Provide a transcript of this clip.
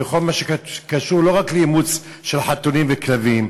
בכל מה שקשור לא רק לאימוץ של חתולים וכלבים,